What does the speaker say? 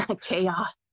Chaos